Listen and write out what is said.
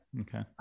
Okay